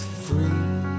free